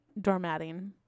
doormatting